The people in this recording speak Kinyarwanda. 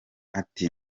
ati